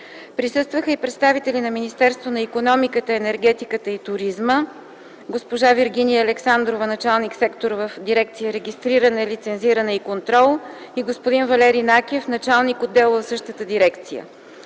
Присъстваха и представители на Министерството на икономиката, енергетиката и туризма – госпожа Виргиния Александрова, началник сектор в дирекция „Регистриране, лицензиране и контрол”, и господин Валери Накев, началник-отдел в същата дирекция;